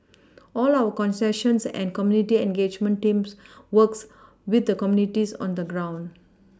all our concessions and community engagement teams works with the communities on the ground